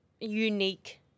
unique